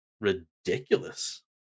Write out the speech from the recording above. ridiculous